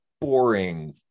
boring